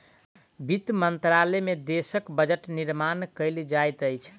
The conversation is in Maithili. वित्त मंत्रालय में देशक बजट निर्माण कयल जाइत अछि